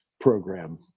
program